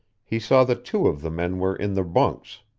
he saw that two of the men were in their bunks,